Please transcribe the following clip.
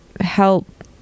help